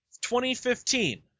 2015